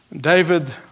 David